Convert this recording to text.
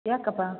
ಯಾಕಪ್ಪ